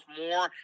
more